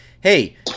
Hey